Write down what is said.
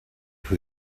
who